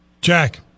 Jack